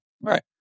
right